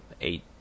eight